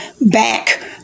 back